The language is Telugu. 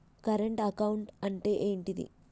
కరెంట్ అకౌంట్ అంటే ఏంటిది?